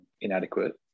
inadequate